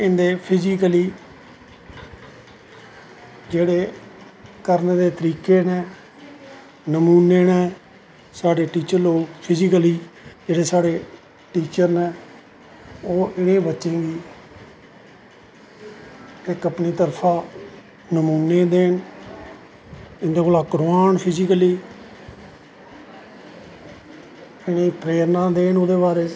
एह्दे फिजिकली करनें करनें दे जेह्ड़े तरीके नै नमूनें नै साढ़े टीचर लोग साढ़े जेह्ड़े टीचर नै ओह् इनैं बच्चें गी इस अपनी तरफा दा नमूनें देन इंदे कोला दा करवान फिजिकली इनेंगी प्रेरणा देन ओह्दे बारे च